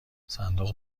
صندوق